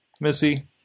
Missy